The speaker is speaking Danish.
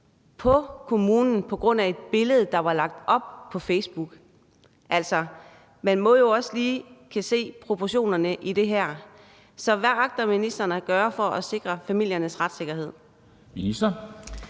på kommunen på grund af et billede, der var lagt op på Facebook. Altså, man må jo også lige kunne se proportionerne i det her. Så hvad agter ministeren at gøre for at sikre familiernes retssikkerhed?